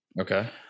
Okay